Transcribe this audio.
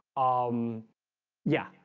um yeah,